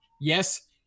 Yes